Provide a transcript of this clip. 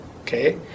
Okay